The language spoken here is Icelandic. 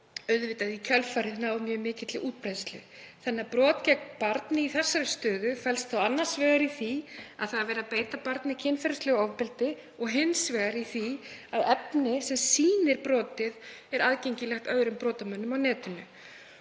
auðvitað í kjölfarið náð mjög mikilli útbreiðslu. Brot gegn barni í þessari stöðu felst annars vegar í því að verið er að beita barnið kynferðislegu ofbeldi og hins vegar í því að efni sem sýnir brotið er aðgengilegt öðrum brotamönnum á netinu.